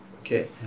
okay